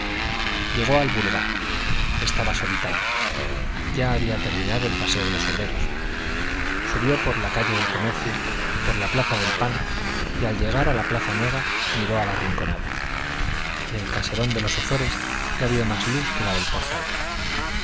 llegó al boulevard estaba solitario ya había terminado el paseo de los obreros subió por la calle del comercio por la plaza del pan y al llegar a la plaza nueva miró a la rinconada en el caserón de los ozores no vio más luz que la del portal